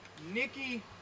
Nikki